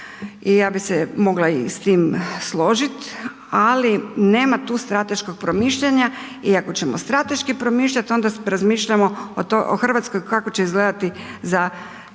ja bih se mogla s tim i složiti, ali nema tu strateškog promišljanja i ako ćemo strateški promišljati onda razmišljamo o Hrvatskoj kako će izgledati za